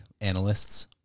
Analysts